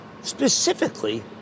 specifically